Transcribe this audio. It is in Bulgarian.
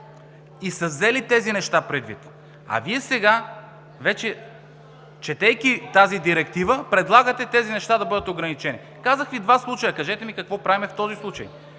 и са взели тези неща предвид. Вие сега, четейки тази Директива, предлагате те да бъдат ограничени. Казах Ви два случая. Кажете ми какво правим в този случай: